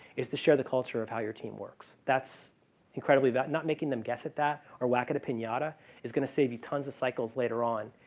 is to show the culture of how your team works. that's incredibly that not making them guess at that or whack at a pinata is going to save you tons of cycles later on.